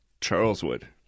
Charleswood